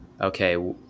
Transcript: okay